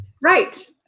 right